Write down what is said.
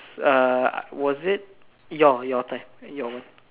uh was it your your turn your